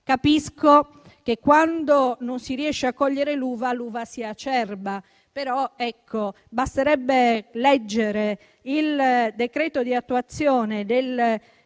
Capisco che, quando non la si riesce a cogliere, si dice che l'uva sia acerba, però basterebbe leggere il decreto di attuazione della